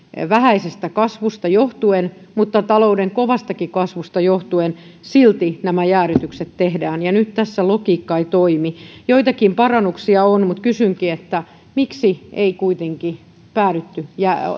vähäisestä kasvusta johtuen mutta talouden kovastakin kasvusta huolimatta silti nämä jäädytykset tehdään nyt tässä logiikka ei toimi joitakin parannuksia on mutta kysynkin miksi ei kuitenkaan päädytty